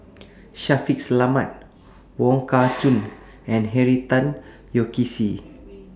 Shaffiq Selamat Wong Kah Chun and Henry Tan Yoke See